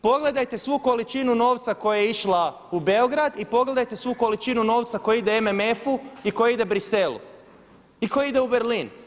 Pogledajte svu količinu novca koja je išla u Beograd i pogledajte svu količinu novca koja ide MMF i koja ide Bruxellesu i koja ide u Berlin.